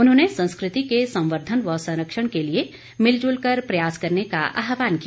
उन्होंने संस्कृति के संवर्द्वन व संरक्षण के लिए मिलजूल कर प्रयास करने का आहवान किया